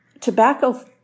tobacco